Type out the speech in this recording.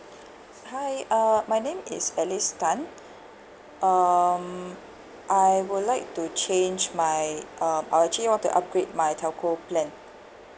hi uh my name is alice tan um I would like to change my um I actually want to upgrade my telco plan